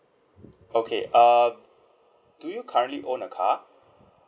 okay err do you currently own a car